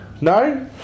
No